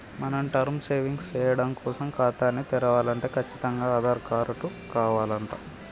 మనం term savings సేయడం కోసం ఖాతాని తెరవలంటే కచ్చితంగా ఆధార్ కారటు కావాలంట